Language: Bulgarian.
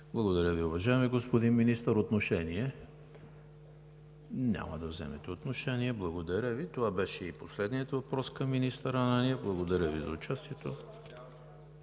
Благодаря Ви, уважаеми господин Министър! Отношение? Няма да вземете отношение. Благодаря Ви. Това беше и последният въпрос към министър Ананиев. Благодаря Ви за участието.